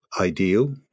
ideal